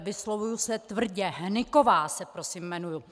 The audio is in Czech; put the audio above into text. Vyslovuji se tvrdě Hnyková se prosím jmenuji.